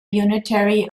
unitary